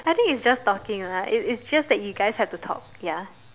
I think it's just talking lah it's it's just that you guys have to talk ya